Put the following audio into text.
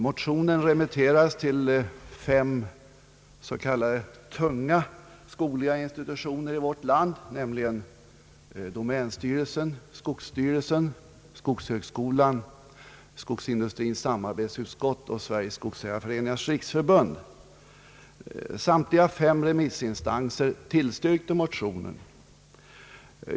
Motionen remitterades till fem s.k. tunga skogliga institutioner, nämligen domänstyrelsen, skogsstyrel Samtliga fem remissinstanser tillstyrkte motionen.